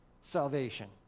salvation